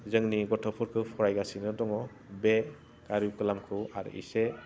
जोंनि गथ'फोररखौ फरायगासिनो दङ बे कारिकुलामखौ आरो एसे